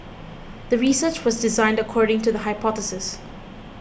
the research was designed according to the hypothesis